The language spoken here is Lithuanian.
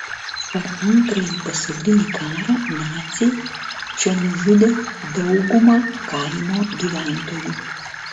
per antrąjį pasaulinį karą naciai čia nužudė daugumą kaimo gyventojų